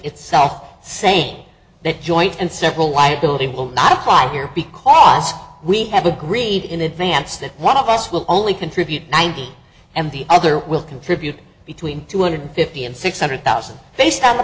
itself saying that joint and several liability will not fire because we have agreed in advance that one of us will only contribute ninety and the other will contribute between two hundred fifty and six hundred thousand based on the